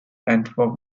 antwerp